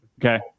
okay